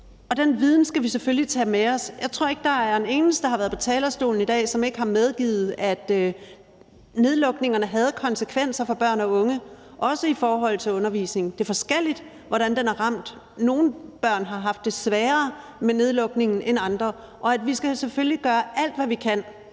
og den viden skal vi selvfølgelig tage med os. Jeg tror ikke, der er en eneste, der har været på talerstolen i dag, som ikke har medgivet, at nedlukningerne havde konsekvenser for børn og unge, også i forhold til undervisning. Det er forskelligt, hvordan den har ramt. Nogle børn har haft det sværere med nedlukningen end andre. Vi skal selvfølgelig gøre alt, hvad vi kan,